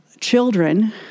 children